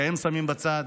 שהם שמים בצד.